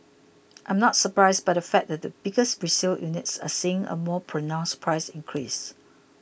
I am not surprised by the fact that bigger resale units are seeing a more pronounced price increase